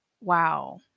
wow